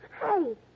Hey